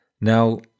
Now